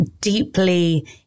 deeply